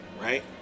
right